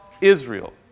Israel